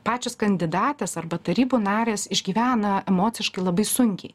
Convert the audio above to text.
pačios kandidatės arba tarybų narės išgyvena emociškai labai sunkiai